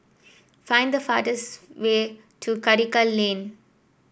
find the fastest way to Karikal Lane